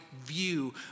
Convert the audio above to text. view